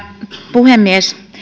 puhemies